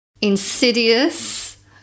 insidious